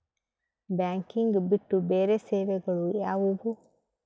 Banking ಬಿಟ್ಟು ಬೇರೆ ಸೇವೆಗಳು ಯಾವುವು?